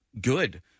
good